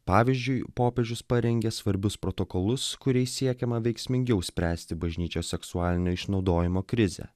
pavyzdžiui popiežius parengia svarbius protokolus kuriais siekiama veiksmingiau spręsti bažnyčios seksualinio išnaudojimo krizę